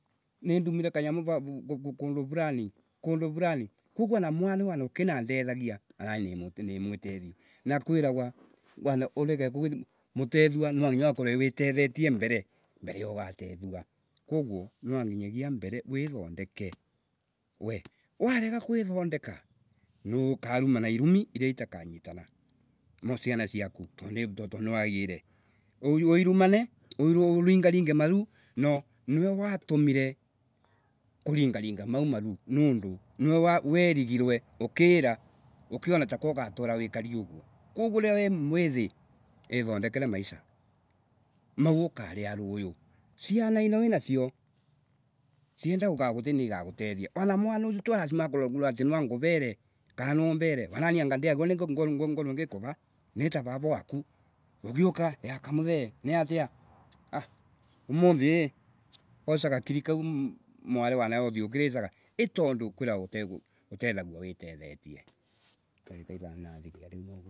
Nindumire kanyamu kundu Fulani kundu Fulaniii kogoo wana mwana uyu wana ukindndethagia, wanani nimwitethiu. Na kwiragwa wana urege mutethua nwanginga uhorwe wi tethetie, mbere ya ugatethua. Kaguo. Nwanginya mbere wi thondeke. Warega kwi thondeka ukarumana irumi, iria itakanyitana. Now ciana ciakutondu niwa igire, uirumane, uringaringe maru, no niwe watumire kuringaringa mau maru nundu niwe werigirwe, ukiira, ukiona nirako ugatura wikari uguo. Koguo riria wi mwithi, ithondekere maisa maku, mau ukaria ruyi ciana ino winacio, cienda kukagutethia niikagutethia. Wana mwana ucio twa lazima akorwe ati nwangurere. Wanani anga ndigirirwe gukowa ng- ngikura Ni ta raara waku Ugiuka, kamuthee niata Aargh, umuthi uca gakiri kau wanae mwari uthii ukiricaga. Itondu kuriragwa utethagua witethetie